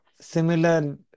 similar